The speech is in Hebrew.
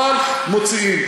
אבל מוציאים.